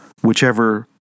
whichever